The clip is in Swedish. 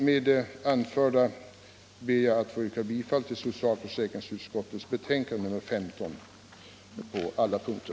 Med det anförda ber jag att få yrka bifall till socialförsäkringsutskottets betänkande nr 15 på alla punkter.